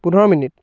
পোন্ধৰ মিনিট